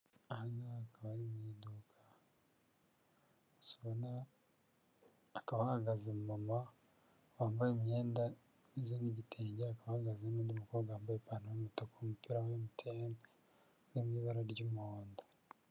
Ahangaha akaba ari mu iduka hakaba hahagaze umumama wambaye imyenda isa nk'igitenge, akaba hahagaze n'undi mukobwa wambaye ipantaro y'umutuku umupira wa emutiyeni uri mu ibara ry'umuhondo.